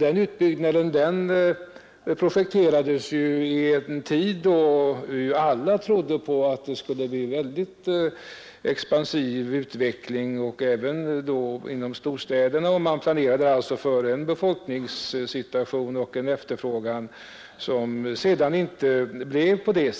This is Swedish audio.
Den utbyggnaden projekterades i en tid då alla trodde på att det skulle bli en väldigt expansiv utveckling, även i storstäderna. Man planerade alltså för en befolkningssituation och en efterfrågan som sedan inte blev vad man